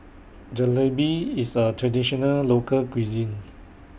Jalebi IS A Traditional Local Cuisine